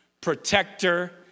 protector